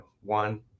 one